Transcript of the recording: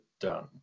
done